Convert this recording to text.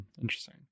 Interesting